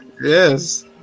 Yes